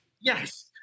Yes